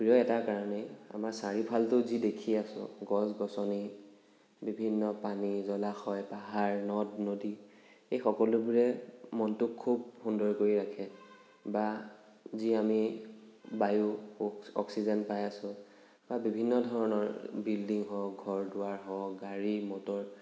প্ৰিয় এটা কাৰণেই আমাৰ চাৰিওফালটো যি দেখি আছো গছ গছনি বিভিন্ন পানী জলাশয় পাহাৰ নদ নদী এই সকলোবোৰে মনটো খুব সুন্দৰ কৰি ৰাখে বা যি আমি বায়ু অক্সিজেন পাই আছো বা বিভিন্ন ধৰণৰ বিল্ডিং হওক ঘৰ দুৱাৰ হওক গাড়ী মটৰ